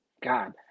god